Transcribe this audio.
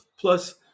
plus